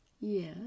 Yes